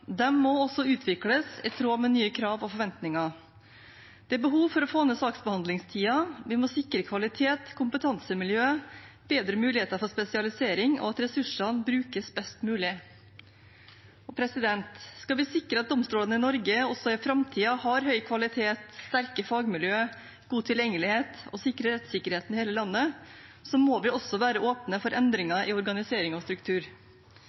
må også utvikles i tråd med nye krav og forventninger. Det er behov for å få ned saksbehandlingstiden. Vi må sikre kvalitet, kompetansemiljø, bedre muligheter for spesialisering og at ressursene brukes best mulig. Skal vi sikre at domstolene i Norge også i framtiden har høy kvalitet, sterke fagmiljø, god tilgjengelighet, og sikre rettssikkerheten i hele landet, må vi også være åpne for endringer i organisering og struktur.